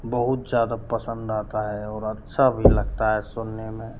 बहुत ज़्यादा पसंद आता है और अच्छा भी लगता है सुनने में